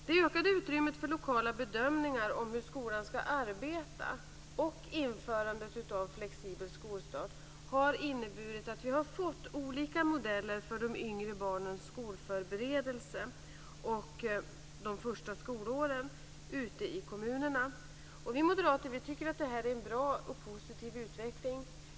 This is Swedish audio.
Det ökade utrymmet för lokala bedömningar om hur skolan skall arbeta och införandet av flexibel skolstart har inneburit att vi har fått olika modeller för de yngre barnens skolförberedelse och de första skolåren ute i kommunerna. Vi moderater tycker att den utvecklingen är bra och positiv.